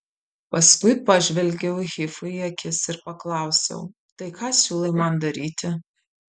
paskui pažvelgiau hifui į akis ir paklausiau tai ką siūlai man daryti